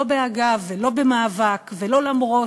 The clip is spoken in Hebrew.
לא אגב ולא במאבק ולא למרות,